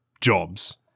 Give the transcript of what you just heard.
jobs